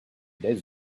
days